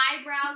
eyebrows